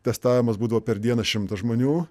testavimas būdavo per dieną šimtas žmonių